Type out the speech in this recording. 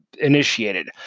initiated